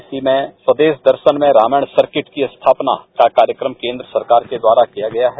इसी में प्रदेश दर्शन में रामायण सर्किट की स्थापना का कार्यक्रम केन्द्र सरकार के द्वारा किया गया है